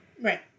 right